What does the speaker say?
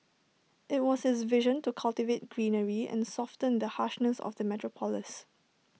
IT was his vision to cultivate greenery and soften the harshness of the metropolis